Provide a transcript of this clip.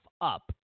up